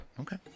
Okay